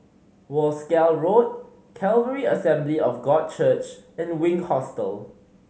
Wolskel Road Calvary Assembly of God Church and Wink Hostel